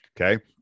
okay